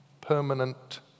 permanent